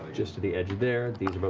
just to the edge there.